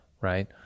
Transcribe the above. right